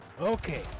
Okay